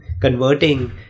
converting